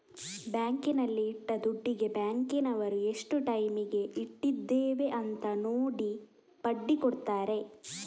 ಬ್ಯಾಂಕಿನಲ್ಲಿ ಇಟ್ಟ ದುಡ್ಡಿಗೆ ಬ್ಯಾಂಕಿನವರು ಎಷ್ಟು ಟೈಮಿಗೆ ಇಟ್ಟಿದ್ದೇವೆ ಅಂತ ನೋಡಿ ಬಡ್ಡಿ ಕೊಡ್ತಾರೆ